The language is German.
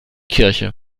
kirche